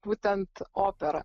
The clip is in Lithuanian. būtent opera